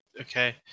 Okay